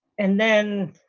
and then